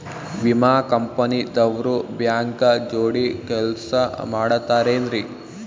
ವಿಮಾ ಕಂಪನಿ ದವ್ರು ಬ್ಯಾಂಕ ಜೋಡಿ ಕೆಲ್ಸ ಮಾಡತಾರೆನ್ರಿ?